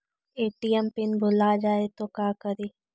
ATM PIN भुला जाए तो का करी?